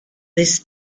this